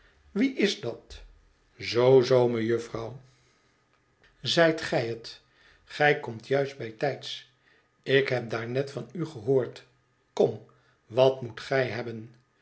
wie is dat zoo zoo niejufvrouw zijt gij het gij komt juist bijtijds ik heb daar net van u gehoord kom wat moet gij hebben